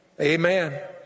Amen